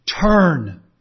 turn